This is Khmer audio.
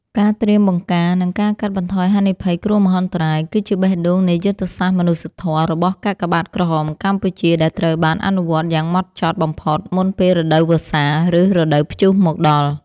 ការត្រៀមបង្ការ និងការកាត់បន្ថយហានិភ័យគ្រោះមហន្តរាយ គឺជាបេះដូងនៃយុទ្ធសាស្ត្រមនុស្សធម៌របស់កាកបាទក្រហមកម្ពុជា ដែលត្រូវបានអនុវត្តយ៉ាងហ្មត់ចត់បំផុតមុនពេលរដូវវស្សា ឬរដូវព្យុះមកដល់។